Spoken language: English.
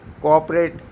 cooperate